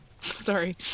sorry